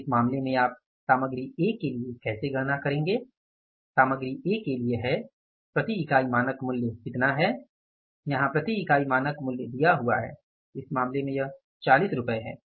तो इस मामले में आप सामग्री ए के लिए कैसे गणना करेंगे सामग्री ए के लिए है प्रति इकाई मानक मूल्य कितना है यहाँ प्रति इकाई मानक मूल्य दिया हुआ है इस मामले में यह 40 रुपये है